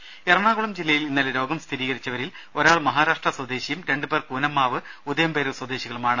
രുര എറണാകുളം ജില്ലയിൽ ഇന്നലെ രോഗം സ്ഥിരീകരിച്ചവരിൽ ഒരാൾ മഹാരാഷ്ട്ര സ്വദേശിയും രണ്ടു പേർ കൂനമ്മാവ് ഉദയംപേരൂർ സ്വദേശികളുമാണ്